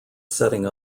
setting